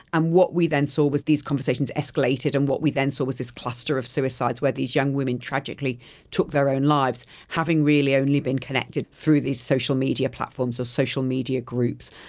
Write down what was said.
and what we then saw was these conversations escalated and what we then saw was this cluster of suicides where these young women tragically took their own lives, having really only been connected through these social media platforms or social media groups.